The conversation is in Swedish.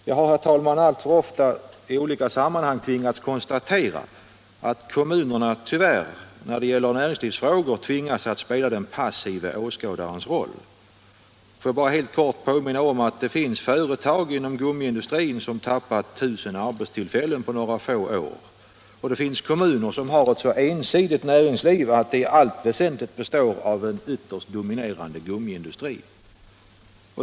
Jag har alltför ofta i olika sammanhang tvingats konstatera att kommunerna i näringslivsfrågor tyvärr har tvingats att spela den passive åskådarens roll. Låt mig bara helt kort påminna om att det finns företag inom gummiindustrin som har tappat 1000 arbetstillfällen på några få år. Och det finns kommuner som har ett så ensidigt näringsliv att det i allt väsentligt består av en ytterst dominerande gummiindustri.